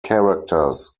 characters